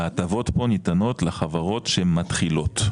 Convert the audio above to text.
ההטבות פה ניתנות לחברות שמתחילות,